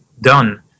done